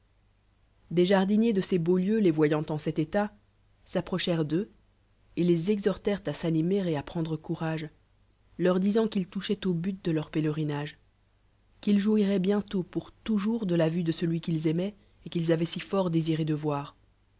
des jardiniers de ces beaux lieux les voyant en cet état approchèrelit d'eu et les exhortant à s'animer et à prendre rourage leu ditant qu'ils toucboieut au but de leur pélerinage qu'ils jouiroient bientôt et pour toujours de la vue de celui qu'ils aimoient et qu'ils a vqient si fort désiré de voir